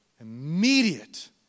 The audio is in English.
Immediate